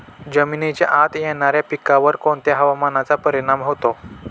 जमिनीच्या आत येणाऱ्या पिकांवर कोणत्या हवामानाचा परिणाम होतो?